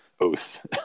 oath